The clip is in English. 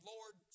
Lord